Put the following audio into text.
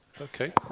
Okay